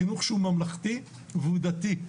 חינוך שהוא ממלכתי והוא דתי.